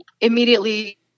immediately